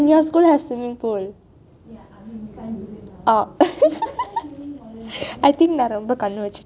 your school has swimming pool I think நான் ரோம்ப கண்ணு வச்சுத்தேன்:naan romba kannu vachuthaen